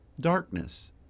darkness